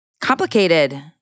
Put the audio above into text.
complicated